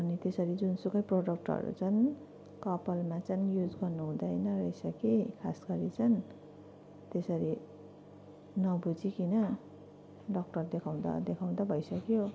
अनि त्यसरी जुनसुकै प्रडक्टहरू चाहिँ कपालमा चाहिँ युज गर्नु हुँदैन रहेछ कि खास गरि चाहिँ त्यसरी नबुझि किन डक्टर देखाउँदा देखाउँदा भइसक्यो